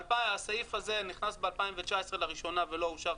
הסעיף הזה נכנס ב-2019 לראשונה ולא אושר,